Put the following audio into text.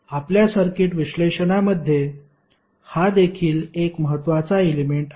आपल्या सर्किट विश्लेषणामध्ये हा देखील एक महत्त्वाचा एलेमेंट आहे